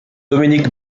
dominique